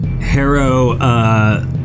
Harrow